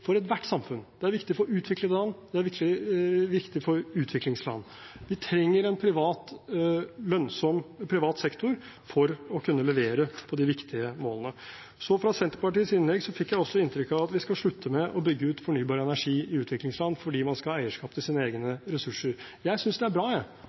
for ethvert samfunn. Det er viktig for utviklede land, og det er viktig for utviklingsland. Vi trenger en lønnsom privat sektor for å kunne levere på de viktige målene. Fra Senterpartiets innlegg fikk jeg også inntrykk av at vi skal slutte med å bygge ut fornybar energi i utviklingsland fordi man skal ha eierskap til sine egne ressurser. Jeg